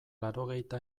laurogeita